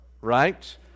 right